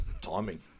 timing